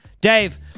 Dave